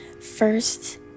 First